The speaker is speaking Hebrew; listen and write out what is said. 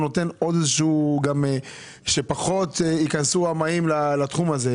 נותן גם שפחות ייכנסו רמאים לתחום הזה?